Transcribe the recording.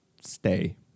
stay